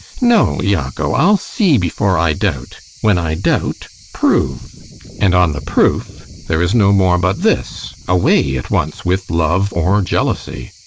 no, iago i'll see before i doubt when i doubt, prove and on the proof, there is no more but this away at once with love or jealousy!